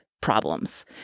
problems